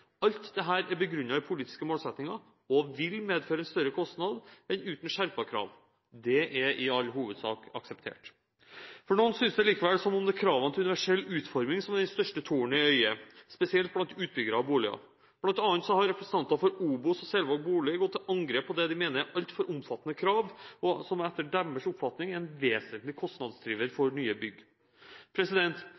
Alt dette er begrunnet i politiske målsettinger og vil medføre større kostnad enn uten skjerpete krav. Det er i all hovedsak akseptert. For noen synes det likevel som om kravene til universell utforming er den største tornen i øyet, spesielt blant utbyggere av boliger. Blant annet har representanter for OBOS og Selvåg Bolig gått til angrep på det de mener er altfor omfattende krav, og som etter deres oppfatning er en vesentlig kostnadsdriver